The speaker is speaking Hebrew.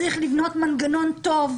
צריך לבנות מנגנון טוב,